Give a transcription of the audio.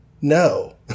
no